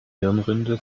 hirnrinde